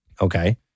Okay